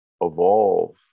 evolve